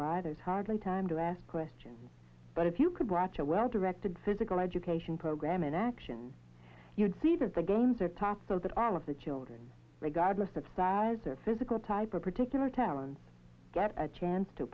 by there's hardly time to ask questions but if you could watch a well directed physical education program in action you'd see that the games are talked so that all of the children regardless of size or physical type or particular talents get a chance to